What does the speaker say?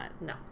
No